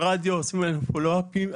ברדיו עושים אחרינו פולואפים.